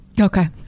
Okay